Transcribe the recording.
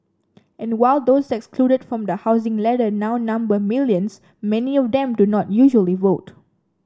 and while those excluded from the housing ladder now number millions many of them do not usually vote